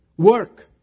Work